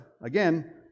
again